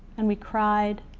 and we cried,